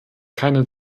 keine